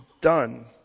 done